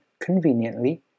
conveniently